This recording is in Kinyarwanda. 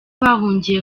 bahungiye